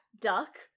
duck